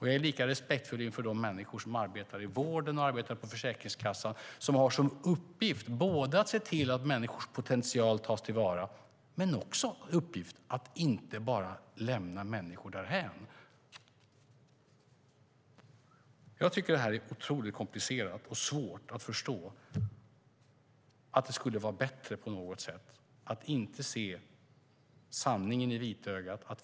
Jag är lika respektfull inför de människor som arbetar i vården och på Försäkringskassan och som har till uppgift att se till att människors potential tas till vara men också att inte bara lämna människor därhän. Jag tycker att det är otroligt komplicerat och svårt att förstå att det på något sätt skulle vara bättre att inte se sanningen i vitögat.